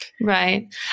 Right